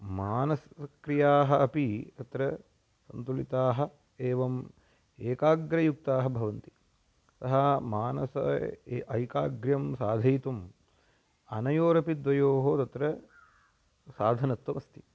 मानसक्रियाः अपि तत्र सन्तुलिताः एवम् एकाग्रयुक्ताः भवन्ति अतः मानस ऐकाग्र्यं साधयितुम् अनयोरपि द्वयोः तत्र साधनत्वमस्ति